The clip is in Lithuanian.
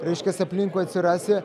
reiškias aplinkui atsirasi